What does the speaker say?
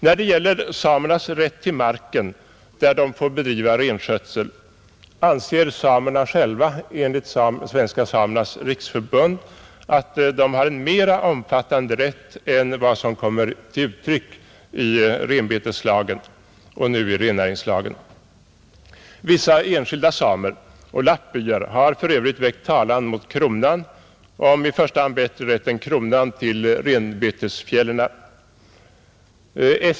När det gäller samernas rätt till den mark där de får bedriva renskötsel anser samerna själva enligt Svenska samernas riksförbund, att de har en mera omfattande rätt än vad som kommer till uttryck i renbeteslagen och nu i rennäringslagen. Vissa enskilda samer och lappbyar har för övrigt väckt talan mot kronan om i första hand bättre rätt än kronan till renbetesfjällen.